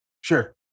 Sure